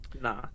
Nah